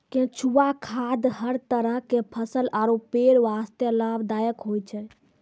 केंचुआ खाद हर तरह के फसल आरो पेड़ वास्तॅ लाभदायक होय छै